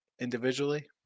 individually